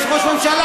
תתבייש.